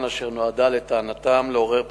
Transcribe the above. סילואן, אשר נועדה, לטענתם, לעורר פרובוקציות.